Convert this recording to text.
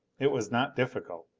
it was not difficult.